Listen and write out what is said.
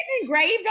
engraved